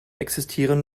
existieren